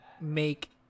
make